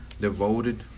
devoted